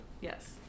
Yes